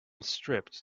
stripped